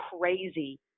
crazy